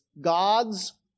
God's